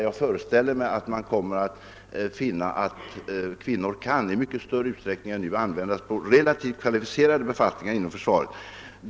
Jag föreställer mig att man därvid kommer att finna att kvinnor i mycket större utsträckning än nu kan användas på relativt kvalificerade befattningar i försvaret.